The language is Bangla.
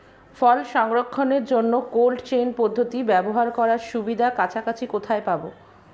ফল সংরক্ষণের জন্য কোল্ড চেইন পদ্ধতি ব্যবহার করার সুবিধা কাছাকাছি কোথায় পাবো?